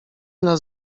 nas